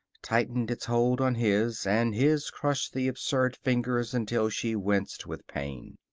tightened its hold on his, and his crushed the absurd fingers until she winced with pain.